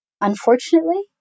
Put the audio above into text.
unfortunately